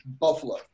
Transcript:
Buffalo